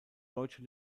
deutsche